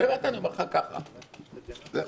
זהו.